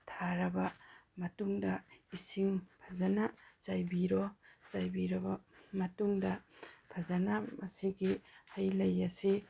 ꯊꯥꯔꯕ ꯃꯇꯨꯡꯗ ꯏꯁꯤꯡ ꯐꯖꯅ ꯆꯥꯏꯕꯤꯔꯣ ꯆꯥꯏꯕꯤꯔꯕ ꯃꯇꯨꯡꯗ ꯐꯖꯅ ꯃꯁꯤꯒꯤ ꯍꯩ ꯂꯩ ꯑꯁꯤ